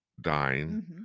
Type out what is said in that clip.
dine